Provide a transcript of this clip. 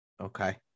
Okay